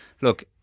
look